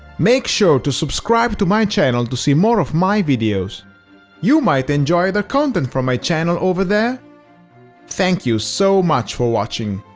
make sure to subscribe to my channel to see more of my videos you might enjoy the content from my channel over there thank you so much for watching.